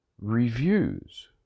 reviews